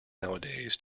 nowadays